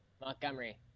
Montgomery